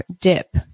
dip